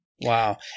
Wow